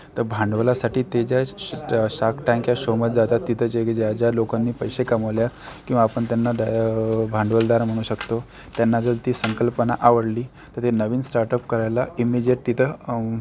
तर भांडवलासाठी ते ज्या शार्क टॅंक या शोमध्ये जातात तिथे जे ज्या ज्या लोकांनी पैसे कमवले किंवा आपण त्यांना भांडवलदार म्हणू शकतो त्यांना जर ती संकल्पना आवडली तर ते नवीन स्टार्टअप करायला इमिजिएट तिथं